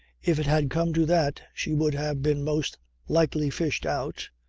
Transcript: if it had come to that she would have been most likely fished out,